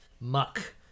muck